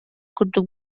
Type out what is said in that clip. курдук